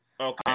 Okay